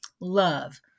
love